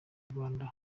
rwanda